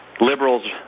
liberals